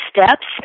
steps